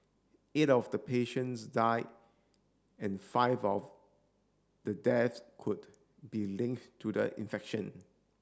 eight of the patients die and five of the death could be link to the infection